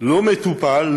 לא מטופל,